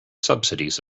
subsidies